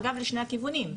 אגב לשני הכיוונים,